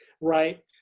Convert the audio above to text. right